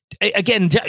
Again